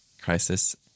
crisis